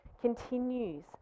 continues